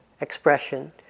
expression